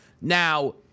Now